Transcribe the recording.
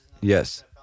Yes